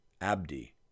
Abdi